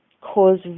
cause